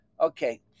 Okay